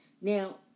Now